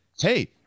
hey